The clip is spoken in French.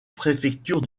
préfectures